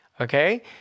Okay